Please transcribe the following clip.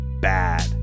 bad